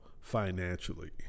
financially